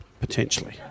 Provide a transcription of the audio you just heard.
Potentially